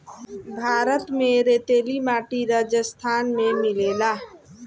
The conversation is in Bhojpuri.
भारत में रेतीली माटी राजस्थान में मिलेला